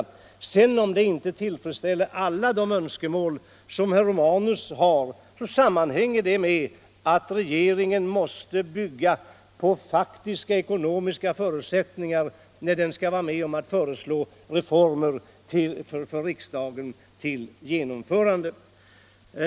Om regeringspolitiken inte tillfredsställer alla de önskemål som herr Romanus har, sammanhänger det med att regeringen måste bygga på faktiska ekonomiska förutsättningar, när den förelägger riksdagen reformförslag.